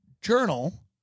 Journal